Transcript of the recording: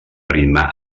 ritme